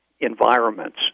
Environments